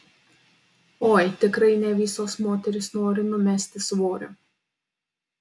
oi tikrai ne visos moterys nori numesti svorio